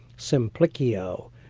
simplicio.